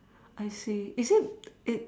I see is it it